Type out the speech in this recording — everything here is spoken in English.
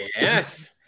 Yes